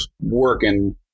working